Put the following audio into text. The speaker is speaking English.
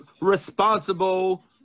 responsible